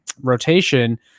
rotation